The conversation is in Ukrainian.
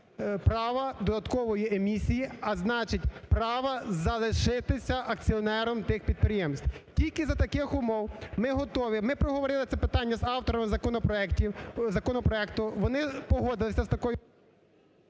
права додаткової емісії, а значить права залишитися акціонером тих підприємств. Тільки за таких умов ми готові… Ми проговорили це питання з авторами законопроекту, вони погодилися з такою…